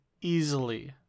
easily